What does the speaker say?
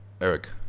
Eric